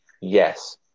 yes